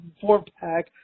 four-pack